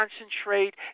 concentrate